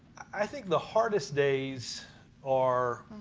i think the hardest days are